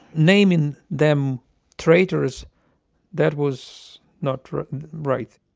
naming them traitors that was not right.